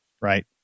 Right